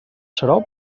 xarop